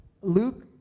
Luke